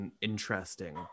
interesting